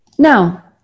Now